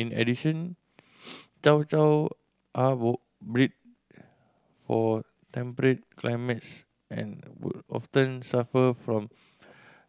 in addition Chow Chow are all bred for temperate climates and would often suffer from